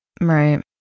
Right